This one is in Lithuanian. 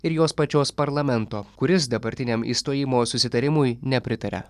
ir jos pačios parlamento kuris dabartiniam išstojimo susitarimui nepritaria